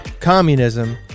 communism